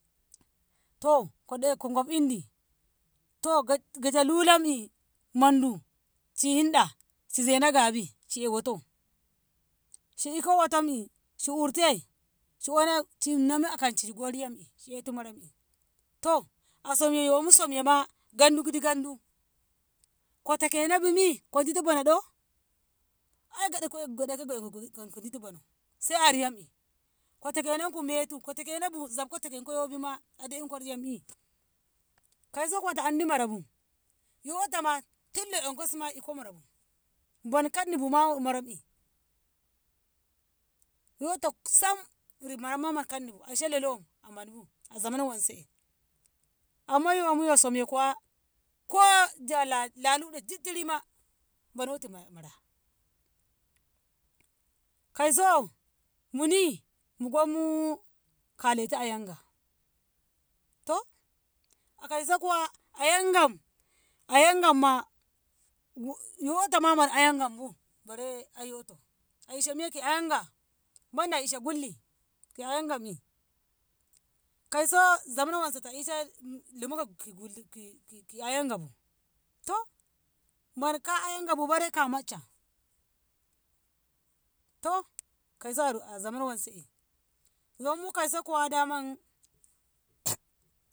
To ko dayatko gobinni toga jalulam'i mandu si hinɗa si zana gabi si e' woto si iko wotommi si urte si namno akanci shigo riyammi shi etu marami to a gandu kiti gandu kotena bumi ko ditu bono do ai godeko ko ditu bono sai a riyamɓi kotekeno ku mentu ko tekeno zabko tekeno yobima ade'ako riyammi kausko ko andi marabu yotoma tin le'ankosima iko marabu bono kanni buma amarabi yoto sam rig mamaye man kanni a ishe lolo manbu zamna wanse amma yomu yo somku ai ko la luɗe tittirima manoti mara kauso moni mugo mugaletu a yanga to a kauso kuwa ayamgam- ayamgam ma yotoma mara a yamgam bu bare a yoto a ishe miya ki ayanga maɗ a ishe ƙulli ki ayamgami kauso zamno wanse ta ishe luma ki- ki- gurj ga ayangam bu to marka ayangabu bare ka macca to kauso a zaman wanse zomu kauso kuwa daman.